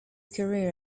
career